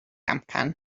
amcan